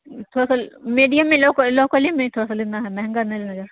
تھوڑا سا میڈیم میں لوکل لوکل ہی میں تھورا سا لینا ہے مہنگا نہیں لینا